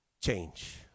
change